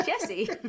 jesse